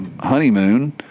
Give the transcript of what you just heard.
honeymoon